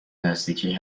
نزدیکی